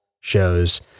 shows